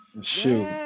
Shoot